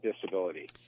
disability